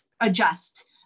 adjust